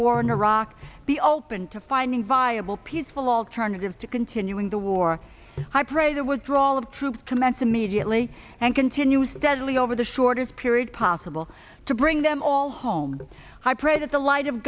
war in iraq be open to finding viable peaceful alternative to continuing the war i pray that was droll of truth commence immediately and continues steadily over the shortest period possible to bring them all home i pray that the light of